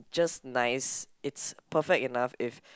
just nice it's perfect enough if